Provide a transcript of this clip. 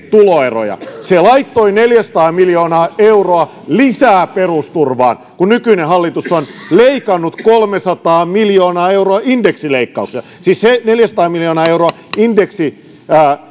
tuloeroja se laittoi neljäsataa miljoonaa euroa lisää perusturvaan kun nykyinen hallitus on leikannut kolmesataa miljoonaa euroa indeksileikkauksina siis se neljäsataa miljoonaa euroa